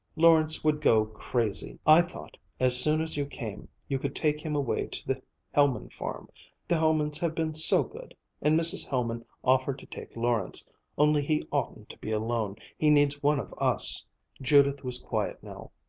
lawrence would go crazy. i thought, as soon as you came, you could take him away to the helman farm the helmans have been so good and mrs. helman offered to take lawrence only he oughtn't to be alone he needs one of us judith was quiet now,